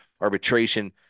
arbitration